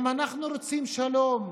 גם אנחנו רוצים שלום,